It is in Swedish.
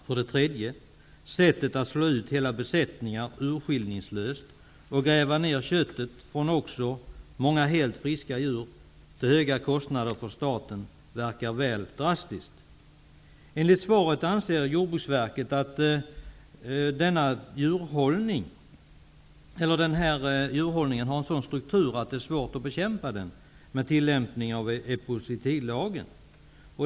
För det tredje verkar sättet att slå ut hela besättningar urskillningslöst och gräva ned köttet från även många helt friska djur till höga kostnader för staten väl drastiskt. Enligt svaret anser Jordbruksverket att denna djurhållning har en sådan struktur att det är svårt att bekämpa den med tillämpning av epizootilagen.